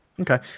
Okay